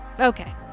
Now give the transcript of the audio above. okay